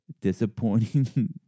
Disappointing